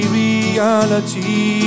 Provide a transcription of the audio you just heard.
reality